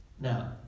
Now